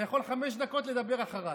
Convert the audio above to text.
אתה יכול חמש דקות לדבר אחריי.